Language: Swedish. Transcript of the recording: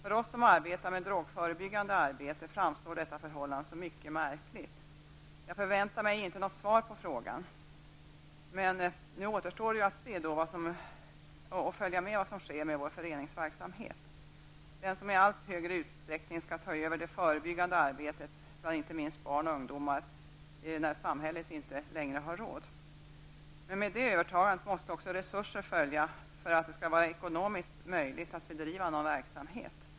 För oss som arbetar med drogförebyggande arbete framstår detta förhållande som mycket märkligt. Jag förväntar mig inte något svar på frågan. Nu återstår det att följa vad som sker med vår föreningsverksamhet, som i allt högre utsträckning skall ta över det förebyggande arbetet bland inte minst barn och ungdomar, när samhället inte längre har råd. Men med det övertagandet måste också resurser följa för att det skall vara ekonomiskt möjligt att bedriva någon verksamhet.